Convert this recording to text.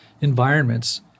environments